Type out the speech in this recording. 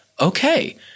Okay